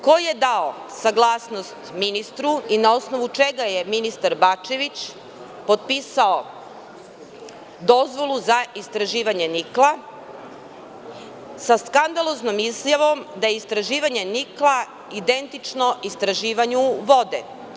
Ko je dao saglasnost ministru i na osnovu čega je ministar Bačević potpisao dozvolu za istraživanje nikla sa skandaloznom izjavom da istraživanje nikla je identično istraživanju vode?